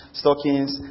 stockings